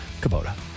Kubota